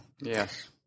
Yes